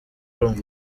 rumwe